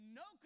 no